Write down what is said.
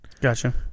Gotcha